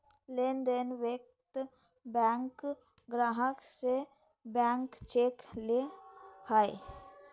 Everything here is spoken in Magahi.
लोन देय वक्त बैंक ग्राहक से ब्लैंक चेक ले हइ